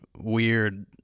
weird